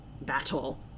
battle